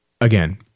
again